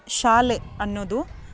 ಶಾಲೆ ಅನ್ನೋದು